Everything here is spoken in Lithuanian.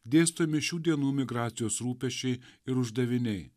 dėstomi šių dienų migracijos rūpesčiai ir uždaviniai